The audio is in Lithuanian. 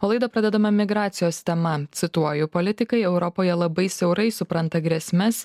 o laidą pradedama migracijos tema cituoju politikai europoje labai siaurai supranta grėsmes